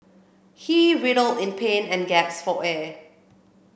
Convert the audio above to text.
he writhed in pain and gasped for air